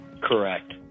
Correct